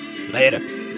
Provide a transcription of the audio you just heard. Later